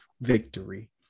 victory